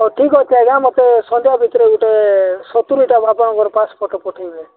ହଉ ଠିକ୍ ଅଛି ଆଜ୍ଞା ମୋତେ ସନ୍ଧ୍ୟା ଭିତରେ ଗୋଟେ ସତୁରିଟା ଆପଣଙ୍କର ପାସପଟ୍ ପଠାଇବେ